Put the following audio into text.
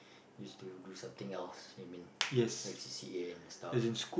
used to do something else you mean like c_c_a and stuff